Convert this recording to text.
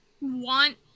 want